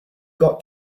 got